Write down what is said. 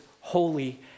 holy